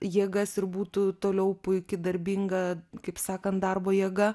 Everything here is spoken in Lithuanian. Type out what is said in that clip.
jėgas ir būtų toliau puiki darbinga kaip sakant darbo jėga